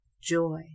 joy